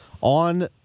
on